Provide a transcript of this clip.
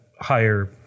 higher